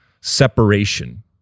separation